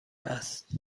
است